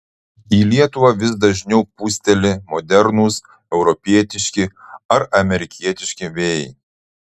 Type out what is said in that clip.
į lietuvą vis dažniau pūsteli modernūs europietiški ar amerikietiški vėjai